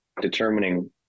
determining